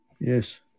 Yes